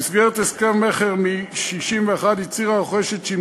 במסגרת הסכם המכר מ-1961 הצהירה הרוכשת שהיא